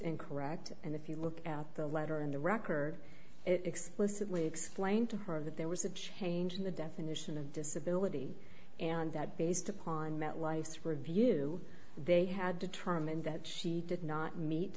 incorrect and if you look at the letter in the record it explicitly explained to her that there was a change in the definition of disability and that based upon met life for review they had determined that she did not meet